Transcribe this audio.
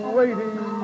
waiting